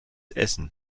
essen